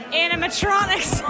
animatronics